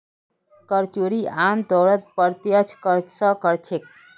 कर चोरी आमतौरत प्रत्यक्ष कर स कर छेक